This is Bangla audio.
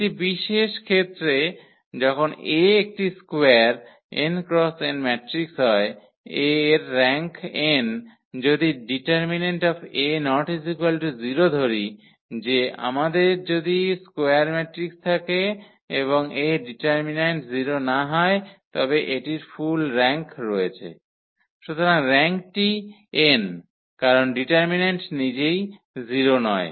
একটি বিশেষ ক্ষেত্রে যখন 𝐴 একটি square n x n matrix হয় এর রাঙ্ক n যদি det𝐴≠0 ধরি যে আমাদের যদি স্কোয়ার ম্যাট্রিক্স থাকে এবং এর ডিটারমিন্যান্ট 0 না হয় তবে এটির ফুল র্যাঙ্ক রয়েছে সুতরাং র্যাঙ্কটি n কারণ ডিটারমিন্যান্ট নিজেই 0 নয়